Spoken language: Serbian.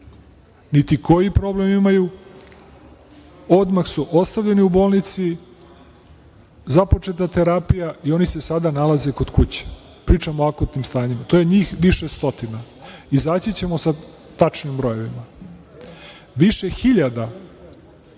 niti koji problem imaju, odmah su ostavljeni u bolnici, započeta je terapija i oni se sada nalaze kod kuće. Pričamo o akutnim stanjima. To je njih više stotina. Izaći ćemo sa tačnim brojevima. Više hiljada